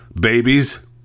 Babies